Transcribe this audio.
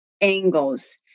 angles